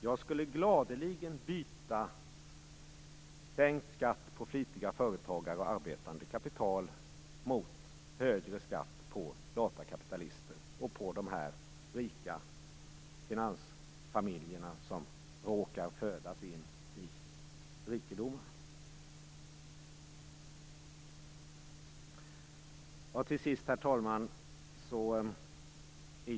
Jag skulle gladeligen byta sänkt skatt för flitiga företagare och arbetande kapital mot högre skatt för datakapitalister och på de rika finansfamiljerna som råkar födas in i rikedom. Herr talman!